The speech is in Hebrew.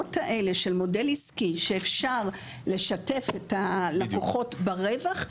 וההצעות האלה של מודל עסקי שאפשר לשתף את הלקוחות ברווח,